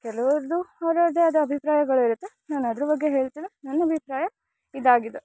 ಕೆಲವರದು ಅವ್ರ್ ಅವರದೇ ಆದ ಅಭಿಪ್ರಾಯಗಳಿರತ್ತೆ ನಾನು ಅದ್ರ ಬಗ್ಗೆ ಹೇಳ್ತಿಲ್ಲ ನನ್ನ ಅಭಿಪ್ರಾಯ ಇದಾಗಿದೆ